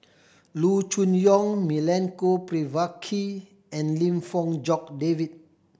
Loo Choon Yong Milenko Prvacki and Lim Fong Jock David